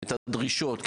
את הדרישות,